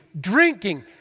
drinking